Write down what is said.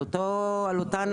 אני מדברת על אותה אנלוגיה.